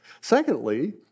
Secondly